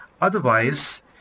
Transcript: Otherwise